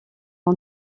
mon